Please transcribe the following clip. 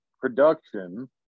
production